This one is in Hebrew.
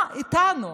מה איתנו,